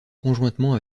conjointement